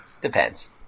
depends